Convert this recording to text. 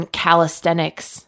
calisthenics